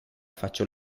faccio